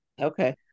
Okay